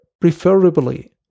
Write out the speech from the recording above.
preferably